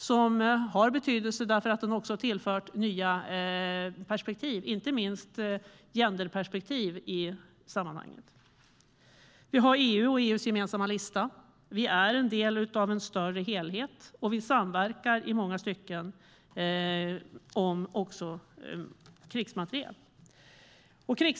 Den har betydelse för att den har tillfört nya perspektiv i sammanhanget, inte minst genderperspektiv. Vi har EU och EU:s gemensamma lista. Vi är en del av en större helhet, och vi samverkar i många stycken, också om krigsmateriel.